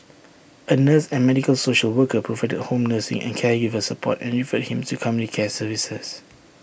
A nurse and medical social worker provided home nursing and caregiver support and referred him to community care services